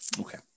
Okay